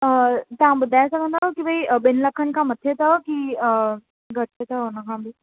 तव्हां बुधाए सघंदव कि भई ॿिनि लखनि खां मथे अथव कि घटि अथव हुन खां बि